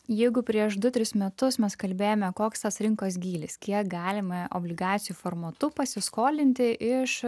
jeigu prieš du tris metus mes kalbėjome koks tas rinkos gylis kiek galima obligacijų formatu pasiskolinti iš